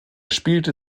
spielte